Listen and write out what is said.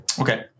Okay